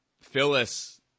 Phyllis